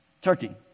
Turkey